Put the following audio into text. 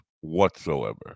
whatsoever